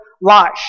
life